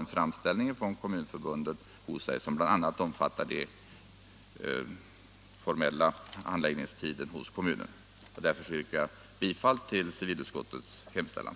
en framställning från Kommunförbundet hos regeringen, som bl.a. omfattar den formella handläggningstiden hos kommunerna. Därför yrkar jag bifall till civilutskottets hemställan.